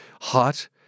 hot